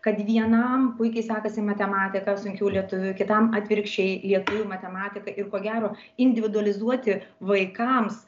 kad vienam puikiai sekasi matematika sunkiau lietuvių kitam atvirkščiai lietuvių matematika ir ko gero individualizuoti vaikams